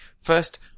First